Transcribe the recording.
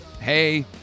Hey